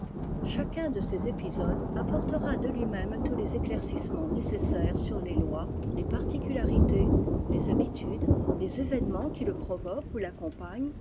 chacun de ces épisodes apportera de lui-même tous les éclaircissements nécessaires sur les lois les particularités les habitudes les événements qui le provoquent ou l'accompagnent